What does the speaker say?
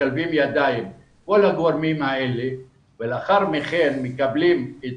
משלבים ידיים כל הגורמים האלה ולאחר מכן מקבלים את